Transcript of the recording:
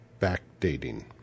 backdating